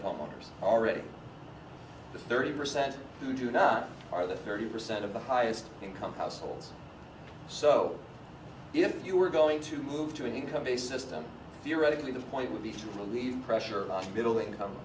of homeowners already the thirty percent who do not are the thirty percent of the highest income households so if you were going to move to an income based system theoretically the point would be to relieve pressure on middle income